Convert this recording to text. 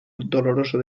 doloroso